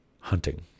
hunting